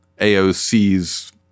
AOC's